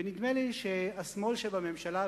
ונדמה לי שהשמאל בממשלה,